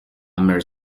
mere